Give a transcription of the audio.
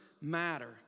matter